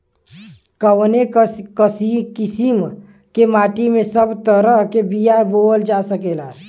कवने किसीम के माटी में सब तरह के बिया बोवल जा सकेला?